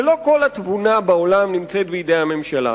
לא כל התבונה בעולם נמצאת בידי הממשלה,